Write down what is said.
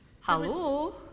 hello